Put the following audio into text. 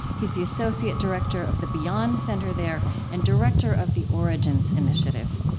he's the associate director of the beyond center there and director of the origins initiative.